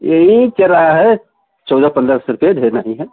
यही चल रहा है चौदह पदेरह सौ रुपये ढेर नहीं है